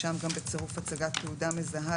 שם גם "בצירוף הצגת תעודה מזהה,